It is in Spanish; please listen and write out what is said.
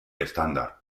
estándar